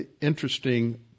interesting